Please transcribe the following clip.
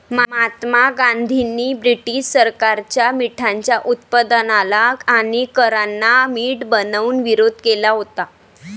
महात्मा गांधींनी ब्रिटीश सरकारच्या मिठाच्या उत्पादनाला आणि करांना मीठ बनवून विरोध केला होता